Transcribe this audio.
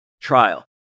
trial